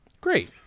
Great